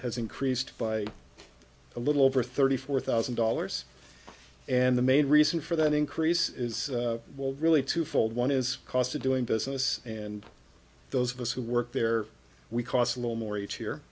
has increased by a little over thirty four thousand dollars and the main reason for that increase is while really twofold one is cost of doing business and those of us who work there we cost a little more each